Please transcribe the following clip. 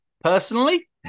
Personally